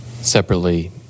Separately